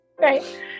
Right